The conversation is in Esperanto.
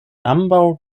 ambaŭ